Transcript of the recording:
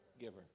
giver